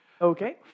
Okay